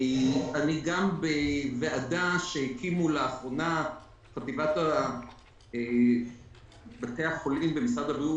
אני גם בוועדה שהקימה לאחרונה חטיבת בתי החולים במשרד הבריאות